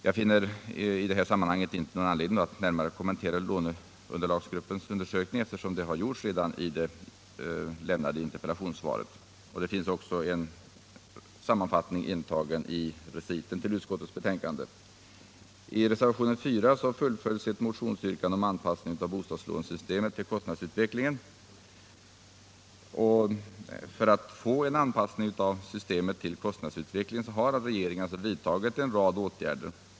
Jag finner i detta sammanhang inte anledning att kommentera låneunderlagsgruppens undersökning, eftersom detta gjorts i det lämnade interpellationssvaret. En sammanfattning av gruppens bedömning finns f. ö. i reciten till utskottets betänkande. I reservationen 4 fullföljs ett motionsyrkande om anpassning av bostadslånesystemet till kostnadsutvecklingen. För att få en anpassning av systemet till kostnadsutvecklingen har regeringen vidtagit en rad åtgärder.